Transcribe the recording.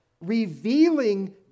Revealing